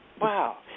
wow